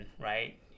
right